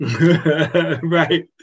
Right